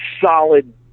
solid